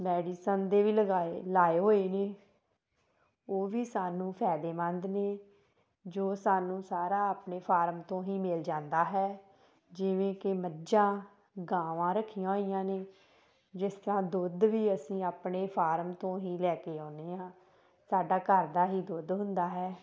medicine ਦੇ ਵੀ ਲਗਾਏ ਲਾਏ ਹੋਏ ਨੇ ਉਹ ਵੀ ਸਾਨੂੰ ਫਾਇਦੇਮੰਦ ਨੇ ਜੋ ਸਾਨੂੰ ਸਾਰਾ ਆਪਣੇ ਫਾਰਮ ਤੋਂ ਹੀ ਮਿਲ ਜਾਂਦਾ ਹੈ ਜਿਵੇਂ ਕਿ ਮੱਝਾਂ ਗਾਵਾਂ ਰੱਖੀਆਂ ਹੋਈਆਂ ਨੇ ਜਿਸ ਤਰ੍ਹਾਂ ਦੁੱਧ ਵੀ ਅਸੀਂ ਆਪਣੇ ਫਾਰਮ ਤੋਂ ਹੀ ਲੈ ਕੇ ਆਉਂਦੇ ਹਾਂ ਸਾਡਾ ਘਰ ਦਾ ਹੀ ਦੁੱਧ ਹੁੰਦਾ ਹੈ